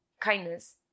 kindness